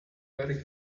very